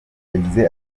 yagize